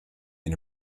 and